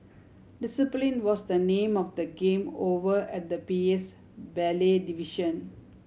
discipline was the name of the game over at the P A's ballet division